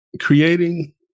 Creating